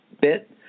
bit